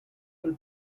bus